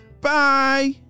bye